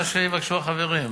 מה שיבקשו החברים.